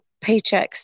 paychecks